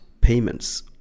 payments